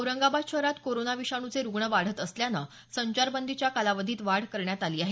औरंगाबाद शहरात कोरोना विषाणूचे रुग्ण वाढत असल्यानं संचारबंदीच्या कालावधीत वाढ करण्यात आली आहे